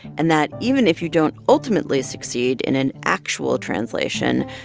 and that even if you don't ultimately succeed in an actual translation,